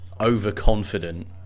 overconfident